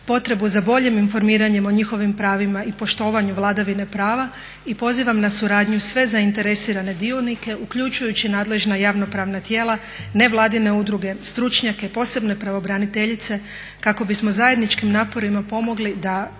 potrebu za boljem informiranjem o njihovim pravima i poštovanju vladavine prava i pozivam na suradnju sve zainteresirane dionike uključujući nadležna javnopravna tijela, nevladine udruge, stručnjake, posebno pravobraniteljice kako bismo zajedničkim naporima pomogli da